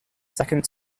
second